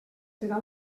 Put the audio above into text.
serà